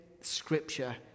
scripture